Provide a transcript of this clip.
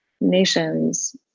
nations